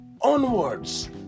Onwards